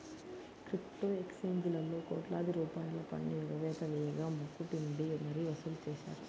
crypto ఎక్స్చేంజీలలో కోట్లాది రూపాయల పన్ను ఎగవేత వేయగా ముక్కు పిండి మరీ వసూలు చేశారు